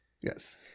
Yes